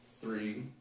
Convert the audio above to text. three